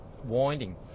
Winding